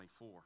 24